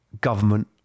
government